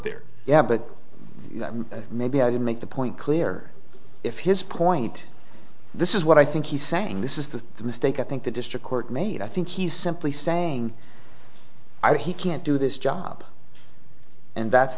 there yeah but maybe i did make the point clear if his point this is what i think he's saying this is the mistake i think the district court made i think he's simply saying either he can't do this job and that's